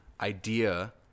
idea